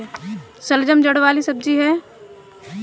शलजम जड़ वाली सब्जी है